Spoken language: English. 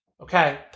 Okay